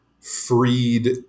Freed